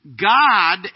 God